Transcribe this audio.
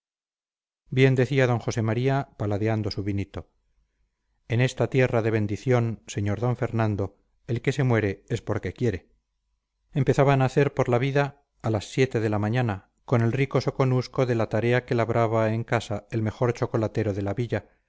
bien decía d josé maría paladeando su vinito en esta tierra de bendición sr d fernando el que se muere es porque quiere empezaban a hacer por la vida a las siete de la mañana con el rico soconusco de la tarea que labraba en casa el mejor chocolatero de la villa